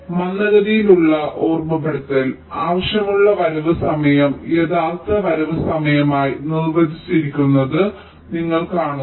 മന്ദഗതിയിലുള്ള ഓർമ്മപ്പെടുത്തൽ ആവശ്യമുള്ള വരവ് സമയവും യഥാർത്ഥ വരവ് സമയവും ആയി നിർവചിച്ചിരിക്കുന്നത് നിങ്ങൾ കാണുന്നു